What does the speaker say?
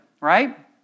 right